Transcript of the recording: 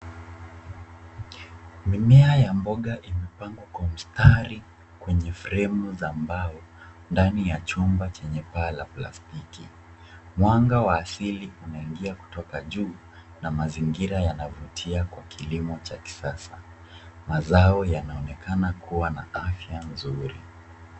Mimea ya mboga imepangwa kwa mstari kwenye fremu za mbao ndani ya chumba chenye paa la plastiki. Mwanga wa asili unaingia kutoka juu na mazingira yanavutia kwa kilimo cha kisasa. Mazao yanaonekana kuwa na afya nzuri.